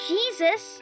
Jesus